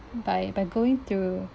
by by going through